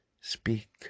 speak